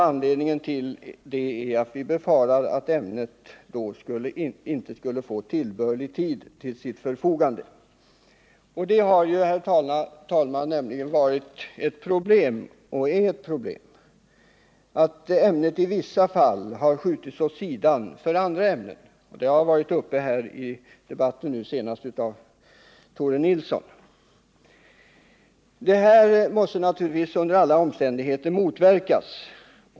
Anledningen till det är att vi befarar att ämnet då inte skulle få tillbörlig tid till sitt förfogande. Det har, herr talman, nämligen varit och är ett problem att ämnet i vissa fall har skjutits åt sidan för andra ämnen — det har senast tagits upp här i debatten av Tore Nilsson. Detta måste naturligtvis under alla omständigheter motverkas.